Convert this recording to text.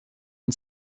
une